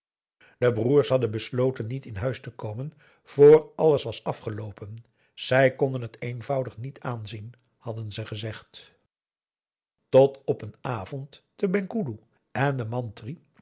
de broers hadden besloten niet in huis te komen vr alles was afgeloopen zij konden het eenvoudig niet aanzien hadden ze gezegd tot op een avond de penghoeloe en de mantri